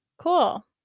Cool